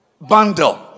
bundle